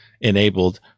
enabled